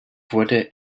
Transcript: wurde